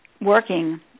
working